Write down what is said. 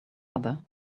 other